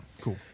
Cool